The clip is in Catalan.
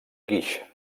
guix